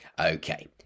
Okay